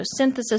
photosynthesis